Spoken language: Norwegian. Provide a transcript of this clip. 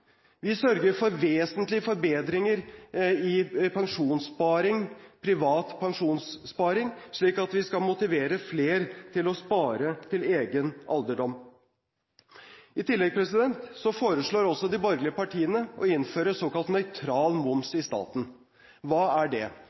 Vi sørger for vesentlige forbedringer i pensjonssparing – privat pensjonssparing – slik at vi skal motivere flere til å spare til egen alderdom. I tillegg foreslår også de borgerlige partiene å innføre såkalt nøytral moms i staten. Hva er det?